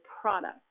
product